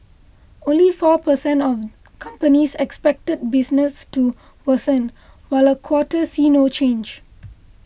only four per cent of companies expected business to worsen while a quarter see no change